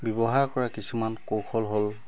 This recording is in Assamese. ব্যৱহাৰ কৰা কিছুমান কৌশল হ'ল